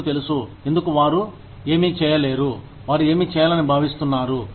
మీకు తెలుసు ఎందుకు వారు ఏమీ చేయలేరు వారు ఏమి చేయాలని భావిస్తున్నారు